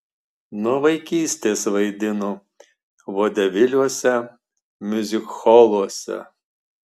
nuo vaikystės vaidino vodeviliuose miuzikholuose